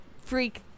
freak